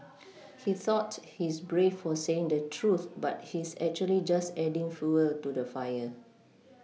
he thought he's brave for saying the truth but he's actually just adding fuel to the fire